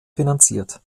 finanziert